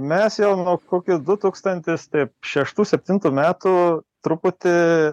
mes jau nuo kokių du tūkstantis taip šeštų septintų metų truputį